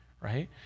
right